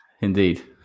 Indeed